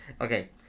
Okay